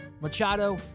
Machado